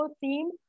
theme